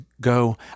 go